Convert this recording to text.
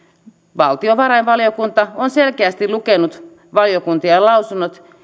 valtiovarainvaliokunta on selkeästi lukenut valiokuntien lausunnot